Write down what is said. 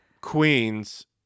queens